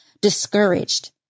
discouraged